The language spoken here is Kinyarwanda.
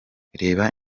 reba